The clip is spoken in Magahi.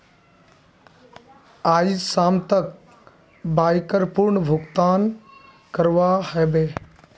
आइज शाम तक बाइकर पूर्ण भुक्तान करवा ह बे